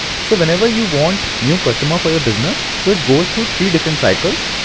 so whenever you want new customers for your business, so it goes through through different cycles.